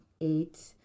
eight